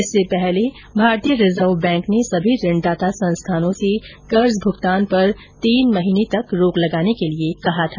इससे पहले भारतीय रिजर्व बैंक ने सभी ऋणदाता संस्थानों से कर्ज भुगतान पर तीन महीने तक रोक लगाने के लिए कहा था